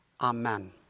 Amen